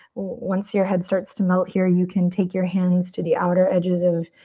once your head starts to melt here, you can take your hands to the outer edges of